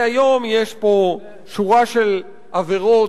והיום יש פה שורה של עבירות,